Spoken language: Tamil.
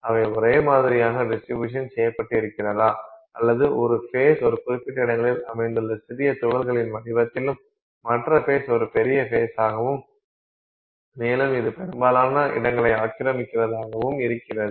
அவை ஒரே மாதிரியாக டிஸ்ட்ரிப்யுசன் செய்யப்பட்டிருக்கிறதா அல்லது ஒரு ஃபேஸ் ஒரு குறிப்பிட்ட இடங்களில் அமைந்துள்ள சிறிய துகள்களின் வடிவத்திலும் மற்ற ஃபேஸ் ஒரு பெரிய ஃபேஸாகவும் மேலும் இது பெரும்பாலான இடங்களை ஆக்கிரமிக்கிறதாகவும் இருக்கிறது